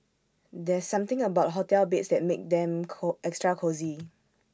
there's something about hotel beds that makes them call extra cosy